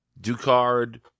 Ducard